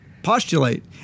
postulate